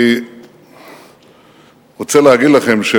אני רוצה להגיד לכם,